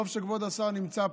טוב שכבוד השר נמצא פה.